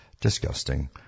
disgusting